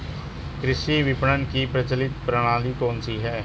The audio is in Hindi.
कृषि विपणन की प्रचलित प्रणाली कौन सी है?